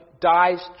dies